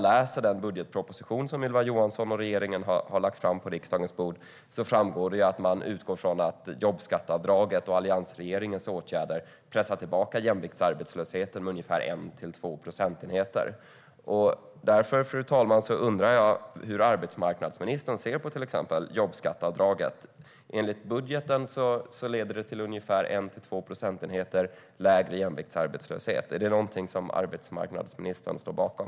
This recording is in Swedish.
I den budgetproposition som Ylva Johansson och regeringen har lagt på riksdagens bord framgår det att man utgår från att jobbskatteavdraget och alliansregeringens åtgärder pressar tillbaka jämviktsarbetslösheten med ungefär 1-2 procentenheter. Därför, fru talman, undrar jag hur arbetsmarknadsministern ser på till exempel jobbskatteavdraget. Enligt budgeten leder det till ungefär 1-2 procentenheter lägre jämviktsarbetslöshet. Är det någonting som arbetsmarknadsministern står bakom?